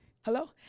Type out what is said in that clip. Hello